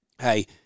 Hey